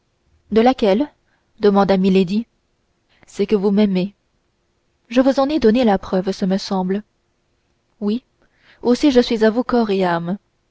de laquelle demanda milady c'est que vous m'aimez je vous en ai donné la preuve ce me semble oui aussi je suis à vous corps et âme